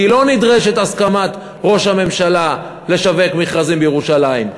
לא נדרשת הסכמת ראש הממשלה לשווק מכרזים בירושלים,